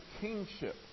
kingship